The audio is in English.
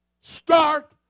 start